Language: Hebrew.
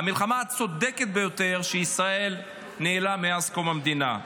המלחמה הצודקת ביותר שישראל ניהלה מאז קום המדינה.